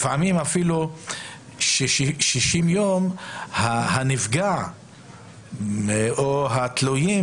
לפעמים אפילו ב-60 יום הנפגע או התלויים